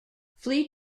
flea